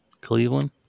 Cleveland